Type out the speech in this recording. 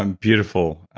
um beautiful.